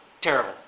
terrible